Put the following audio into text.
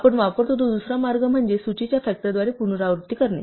आपण वापरतो तो दुसरा मार्ग म्हणजे सूचीच्या फॅक्टरद्वारे पुनरावृत्ती करणे